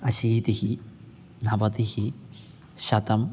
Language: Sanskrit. अशीतिः नवतिः शतम्